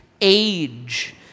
Age